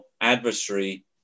adversary